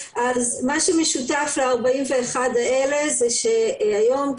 מה שמשותף ל-41 האלה זה שהיום,